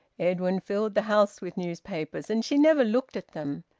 edwin filled the house with newspapers, and she never looked at them,